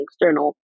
external